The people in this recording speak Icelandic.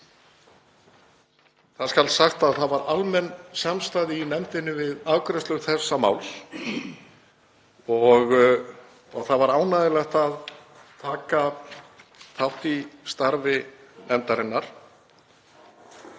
Það skal sagt að það var almenn samstaða í nefndinni við afgreiðslu þessa máls og það var ánægjulegt að taka þátt í starfi nefndarinnar.